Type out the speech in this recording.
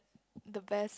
the best